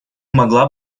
могла